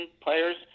players